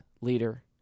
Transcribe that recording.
leader